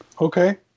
Okay